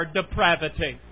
depravity